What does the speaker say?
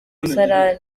umusarani